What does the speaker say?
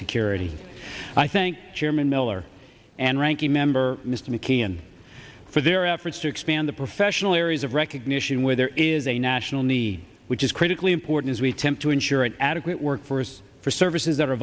security i think chairman miller and ranking member mr mckeon for their efforts to expand the professional areas of recognition where there is a national need which is critically important as we temp to ensure an adequate workforce for services that are